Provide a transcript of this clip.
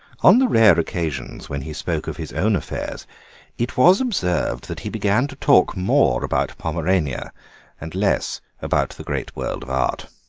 on the rare occasions when he spoke of his own affairs it was observed that he began to talk more about pomerania and less about the great world of art.